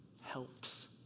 helps